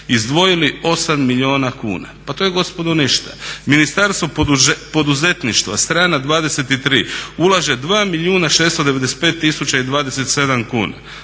izdvojili 8 milijuna kuna, pa to je gospodo ništa. Ministarstvo poduzetništva strana 23 ulaže 2 milijuna 695 tisuća i 27 kuna.